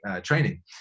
training